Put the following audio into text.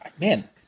man